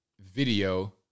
video